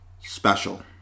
Special